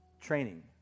Training